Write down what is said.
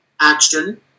action